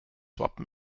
wappen